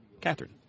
Catherine